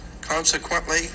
Consequently